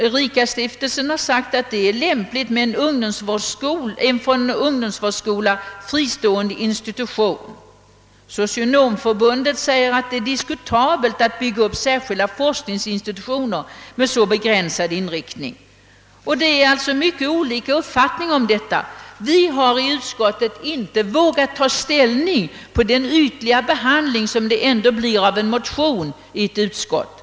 Ericastiftelsen har sagt, att det är lämpligt med en från ungdomsvårdsskola fristående institution. Socionomförbundet säger, att det är diskutabelt att bygga upp särskilda forskningsinstitutioner med så begränsad inriktning etc. Det finns alltså många olika uppfattningar om detta. Vi har inom utskottet inte vågat ta ställning efter den ytliga behandling, som det ändå blir av en motion i ett utskott.